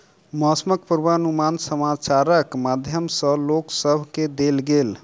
मौसमक पूर्वानुमान समाचारक माध्यम सॅ लोक सभ केँ देल गेल